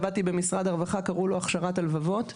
עבדתי במשרד הרווחה קראו לו "הכשרת הלבבות".